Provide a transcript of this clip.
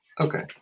Okay